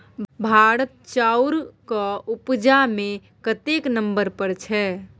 भारत चाउरक उपजा मे कतेक नंबर पर छै?